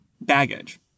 baggage